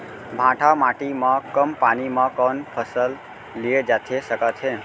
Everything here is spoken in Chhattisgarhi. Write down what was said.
भांठा माटी मा कम पानी मा कौन फसल लिए जाथे सकत हे?